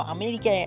America